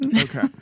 okay